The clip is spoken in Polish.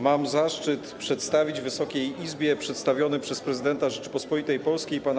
Mam zaszczyt przedstawić Wysokiej Izbie przedstawiony przez prezydenta Rzeczypospolitej Polskiej pana